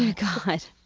ah god?